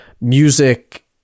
music